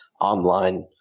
online